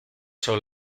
son